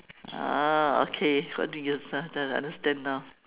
ah okay how to use ah just understand now